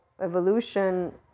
evolution